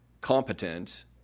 competent